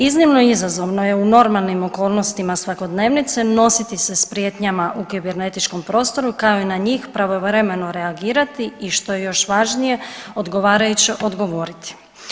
Iznimno izazovno je u normalnim okolnostima svakodnevnice, nositi se s prijetnjama u kibernetičkom prostoru, kao i na njih pravovremeno reagirati, i što je još važnije, odgovarajuće odgovoriti.